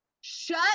Shut